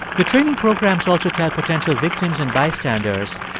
the training programs also tell potential victims and bystanders,